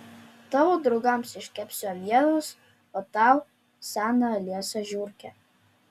tavo draugams iškepsiu avienos o tau seną liesą žiurkę